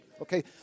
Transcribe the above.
Okay